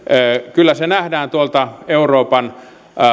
kyllä se nähdään euroopan